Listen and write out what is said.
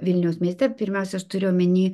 vilniaus mieste pirmiausia aš turiu omeny